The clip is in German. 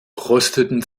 prosteten